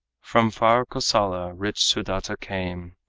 from far kosala, rich sudata came,